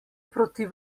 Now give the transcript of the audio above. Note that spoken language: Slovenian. proti